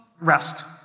rest